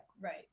right